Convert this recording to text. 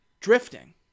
Drifting